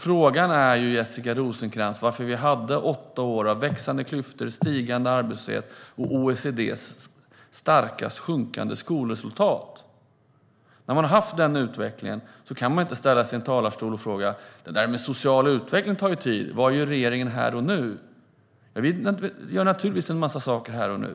Frågan är, Jessica Rosencrantz, varför vi hade åtta år av växande klyftor, stigande arbetslöshet och OECD:s starkast sjunkande skolresultat. När man har haft den utvecklingen kan man inte ställa sig i en talarstol och säga: Det där med social utveckling tar tid. Vad gör regeringen här och nu? Vi gör naturligtvis en massa saker här och nu.